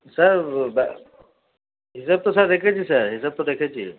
sir হিসাব তো sir রেখেছি স্যার হিসাব তো রেখেছি